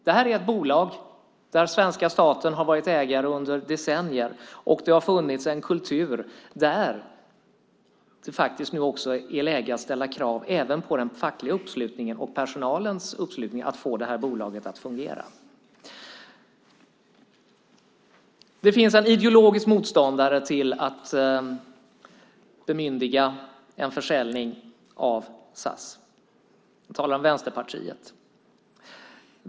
Det här är ett bolag där svenska staten har varit ägare under decennier, och det har funnits en kultur där det nu också är läge att ställa krav på den fackliga uppslutningen och personalens uppslutning för att få bolaget att fungera. Det finns en ideologisk motståndare till att bemyndiga en försäljning av SAS. Jag talar om Vänsterpartiet.